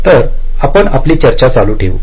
तर आपण आपली चर्चा चालू ठेवू